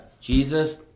Jesus